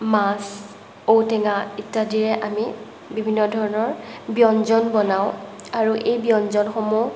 মাছ ঔ টেঙা ইত্যাদিৰে আমি বিভিন্ন ধৰণৰ ব্যঞ্জন বনাওঁ আৰু এই ব্যঞ্জনসমূহ